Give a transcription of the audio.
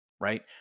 Right